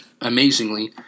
amazingly